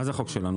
מה זה החוק שלנו?